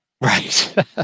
Right